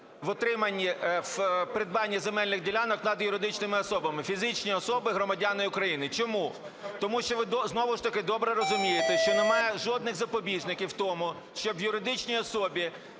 в придбанні земельних ділянок, над юридичними особами. Фізичні особи – громадяни України. Чому? Тому що ви знову ж таки добре розумієте, що немає жодних запобіжників в тому, що в юридичній особі,